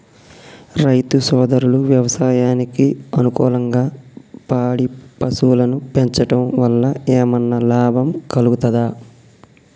రైతు సోదరులు వ్యవసాయానికి అనుకూలంగా పాడి పశువులను పెంచడం వల్ల ఏమన్నా లాభం కలుగుతదా?